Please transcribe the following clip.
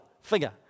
figure